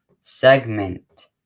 segment